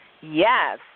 Yes